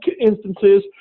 instances